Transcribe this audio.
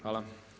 Hvala.